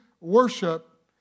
worship